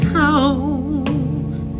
house